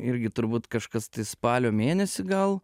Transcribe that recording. irgi turbūt kažkas tai spalio mėnesį gal